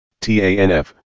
TANF